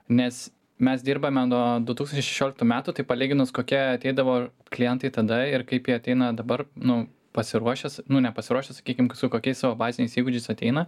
nes mes dirbame nuo du tūkstančiai šešioliktų metų tai palyginus kokie ateidavo klientai tada ir kaip jie ateina dabar nu pasiruošęs nu nepasiruošęs sakykim su kokiais savo baziniais įgūdžiais ateina